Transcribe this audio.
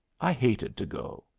i hated to go.